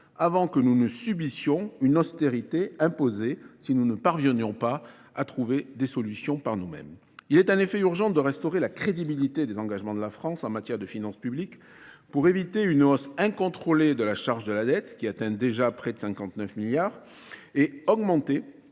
avant que nous ne subissions une austérité imposée si nous ne parviennions pas à trouver des solutions par nous-mêmes. Il est un effet urgent de restaurer la crédibilité des engagements de la France en matière de finances publiques, pour éviter une hausse incontrôlée de la charge de la dette qui atteint déjà près de 59 milliards et qui augmente